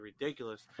ridiculous